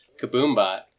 Kaboombot